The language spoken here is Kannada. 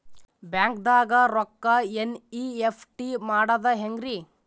ಬ್ಯಾಂಕ್ದಾಗ ರೊಕ್ಕ ಎನ್.ಇ.ಎಫ್.ಟಿ ಮಾಡದ ಹೆಂಗ್ರಿ?